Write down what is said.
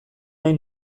nahi